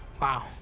wow